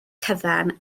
cyfan